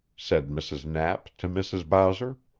said mrs. knapp to mrs. bowser.